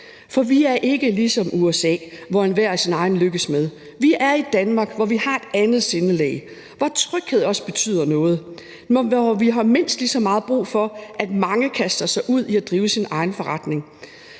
For vi er ikke ligesom USA, hvor enhver er sin egen lykkes smed, men vi er i Danmark, hvor vi har et andet sindelag, hvor tryghed også betyder noget, hvor vi har mindst lige så meget brug for, at mange kaster sig ud i at drive deres egen forretning,